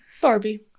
Barbie